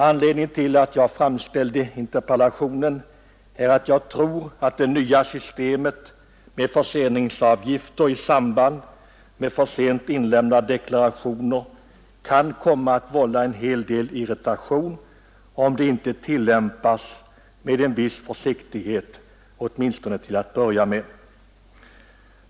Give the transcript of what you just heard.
Anledningen till att jag framställde interpellationen är att jag tror att det nya systemet med förseningsavgifter i samband med för sent inlämnade deklarationer kan komma att vålla en hel del irritation, om det inte tillämpas med en viss försiktighet åtminstone till att börja med.